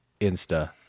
Insta